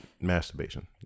masturbation